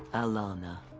alana